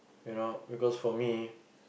you know because for me